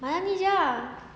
malam ni jer ah